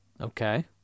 Okay